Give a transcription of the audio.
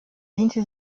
diente